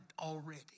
already